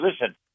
Listen